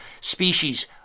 species